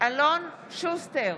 אלון שוסטר,